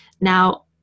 Now